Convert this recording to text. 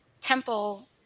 temple